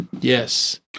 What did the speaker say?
Yes